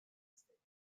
statement